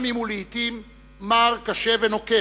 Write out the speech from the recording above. גם אם הוא לעתים מר, קשה ונוקב,